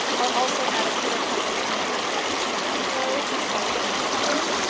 i'll also add a quarter cup of finely chopped cilantro, salt, and pepper,